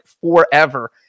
forever